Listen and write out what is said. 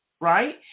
right